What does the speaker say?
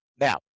Now